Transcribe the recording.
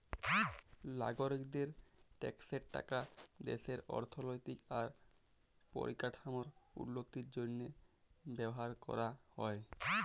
লাগরিকদের ট্যাক্সের টাকা দ্যাশের অথ্থলৈতিক আর পরিকাঠামোর উল্লতির জ্যনহে ব্যাভার ক্যরা হ্যয়